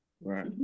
right